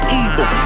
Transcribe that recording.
evil